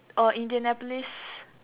or Indianapolis